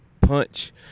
punch